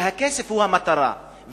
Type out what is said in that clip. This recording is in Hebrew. שאצלם הכסף הוא המטרה,